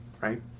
right